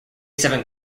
seven